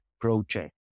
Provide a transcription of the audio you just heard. project